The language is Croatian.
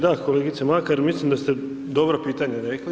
Da kolegice Makar, mislim da ste dobro pitanje rekli.